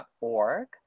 org